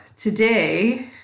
today